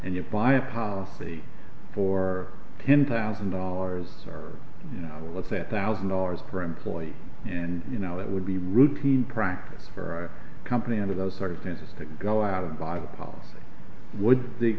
and you buy a policy for ten thousand dollars as are you know what that thousand dollars per employee and you know that would be routine practice for our company under those circumstances to go out and buy the policy would the